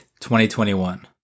2021